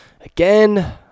Again